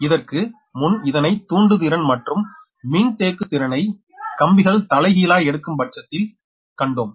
இதற்கு முன் இதனை தூண்டுதிறன் மற்றும் மின்தேக்கு திறனை கம்பிகள் தலைகீழாய் எடுக்கும் பட்சத்தில் கண்டோம்